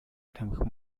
тамхи